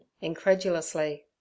Incredulously